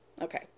Okay